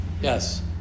Yes